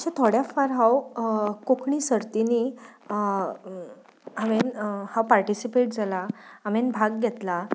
अशें थोड्या फावट हांव कोंकणी सर्तिनीं हांवेन हांव पार्टिसीपेट जालां हांवेन भाग घेतला